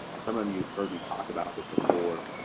some of you've heard me talk about this before,